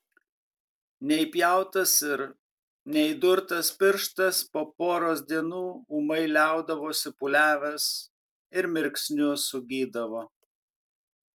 neįpjautas ir neįdurtas pirštas po poros dienų ūmai liaudavosi pūliavęs ir mirksniu sugydavo